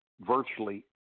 virtually